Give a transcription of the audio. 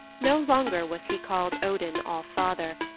no longer was he called odin all-father,